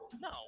No